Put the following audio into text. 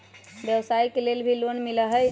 व्यवसाय के लेल भी लोन मिलहई?